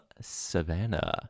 Savannah